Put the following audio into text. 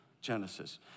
Genesis